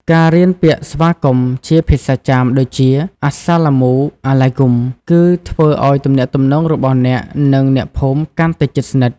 ការរៀនពាក្យស្វាគមន៍ជាភាសាចាម ដូចជា "Assalamu Alaikum" នឹងធ្វើឱ្យទំនាក់ទំនងរបស់អ្នក និងអ្នកភូមិកាន់តែជិតស្និទ្ធ។